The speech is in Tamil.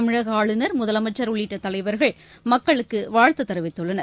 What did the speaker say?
தமிழகஆளுநர் முதலமைச்சர் உள்ளிட்டதலைவர்கள் மக்களுக்குவாழ்த்து தெரிவித்துள்ளனர்